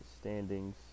standings